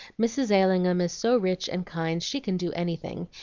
mrs. allingham is so rich and kind she can do anything,